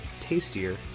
tastier